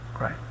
right